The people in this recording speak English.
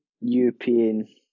European